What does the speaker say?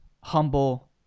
humble